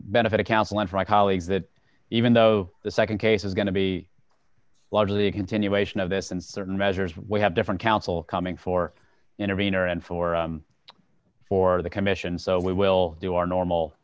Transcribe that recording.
benefit of counseling for my colleagues that even though the nd case is going to be largely a continuation of this and certain measures we have different counsel coming for intervener and four for the commission so we will do our normal